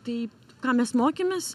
tai ką mes mokėmės